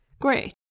great